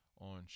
on